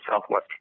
southwest